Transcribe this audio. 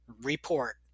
report